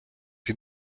від